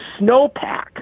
snowpack